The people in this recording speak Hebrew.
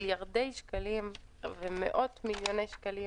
מעבר למיליארדי שקלים ומאות מיליוני שקלים